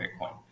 Bitcoin